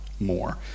more